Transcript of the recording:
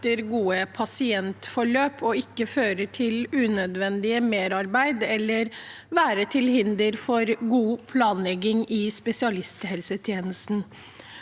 gode pasientforløp og ikke fører til unødvendig merarbeid eller er til hinder for god planlegging i spesialisthelsetjenesten.